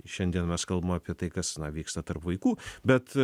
šiandien mes kalbam apie tai kas vyksta tarp vaikų bet